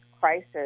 crisis